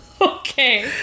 okay